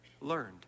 learned